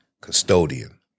custodian